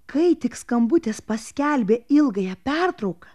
kai tik skambutis paskelbė ilgąją pertrauką